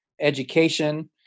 education